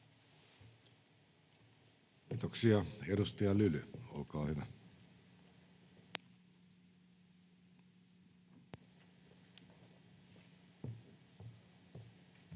Kiitoksia. — Edustaja Lyly, olkaa hyvä. Arvoisa